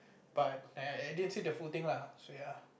but I I didn't see the full thing lah so ya